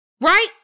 right